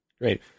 Great